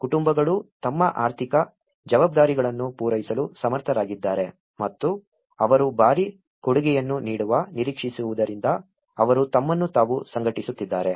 ಕುಟುಂಬಗಳು ತಮ್ಮ ಆರ್ಥಿಕ ಜವಾಬ್ದಾರಿಗಳನ್ನು ಪೂರೈಸಲು ಸಮರ್ಥರಾಗಿದ್ದಾರೆ ಮತ್ತು ಅವರು ಭಾರೀ ಕೊಡುಗೆಯನ್ನು ನೀಡುವ ನಿರೀಕ್ಷೆಯಿರುವುದರಿಂದ ಅವರು ತಮ್ಮನ್ನು ತಾವು ಸಂಘಟಿಸುತ್ತಿದ್ದಾರೆ